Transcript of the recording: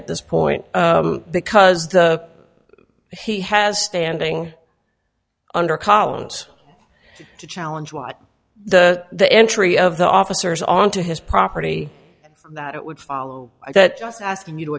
at this point because the he has standing under columns to challenge what the the entry of the officers onto his property that it would follow that just asking you to